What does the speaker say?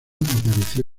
apareció